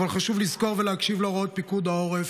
אבל חשוב לזכור ולהקשיב להוראות פיקוד העורף,